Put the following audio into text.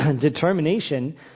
determination